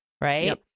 Right